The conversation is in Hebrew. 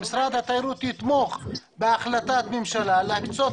שמשרד התיירות יתמוך בהחלטת ממשלה להקצות